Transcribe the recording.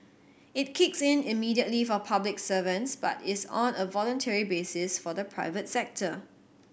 it kicks in immediately for public servants but is on a voluntary basis for the private sector